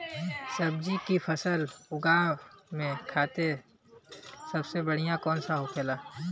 सब्जी की फसल उगा में खाते सबसे बढ़ियां कौन होखेला?